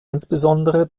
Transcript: insbesondere